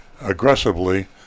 aggressively